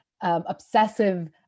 obsessive